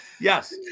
Yes